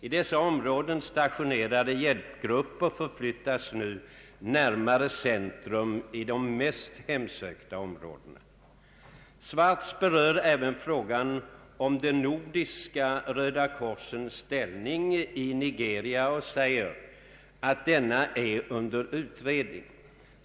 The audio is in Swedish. I dessa områden stationerade hjälpgrupper förflyttas nu närmare centrum i de mest hemsökta områdena. Swartz berör även frågan om de nordiska Röda korsens ställning i Nigeria och säger att denna är under utredning.